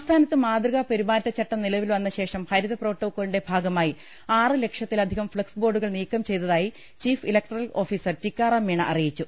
സംസ്ഥാനത്ത് മാതൃകാ പെരുമാറ്റച്ചട്ടം നിലവിൽവന്നശേഷം ഹരിത പ്രോട്ടോക്കോളിന്റെ ഭാഗമായി ആറ് ലക്ഷത്തിലധികം ഫ്ളക്സ് ബോർഡു കൾ നീക്കം ചെയ്തതായി chief electoral officer Tikaram Meena അറിയിച്ചു